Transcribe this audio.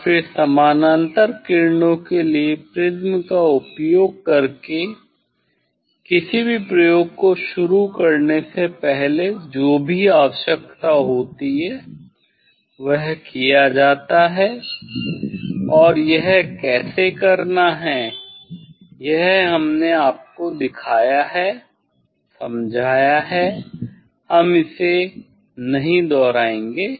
और फिर समानांतर किरणों के लिए प्रिज्म का उपयोग करके किसी भी प्रयोग को शुरू करने से पहले जो भी आवश्यकता होती है वह किया जाता है और यह कैसे करना है यह हमने आपको दिखाया है समझाया है हम इसे नहीं दोहराएंगे